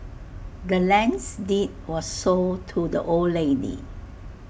the land's deed was sold to the old lady